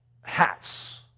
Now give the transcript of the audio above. hats